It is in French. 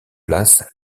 place